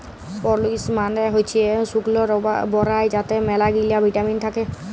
প্রুলেস মালে হইসে শুকল বরাই যাতে ম্যালাগিলা ভিটামিল থাক্যে